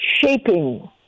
shaping